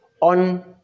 on